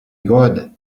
god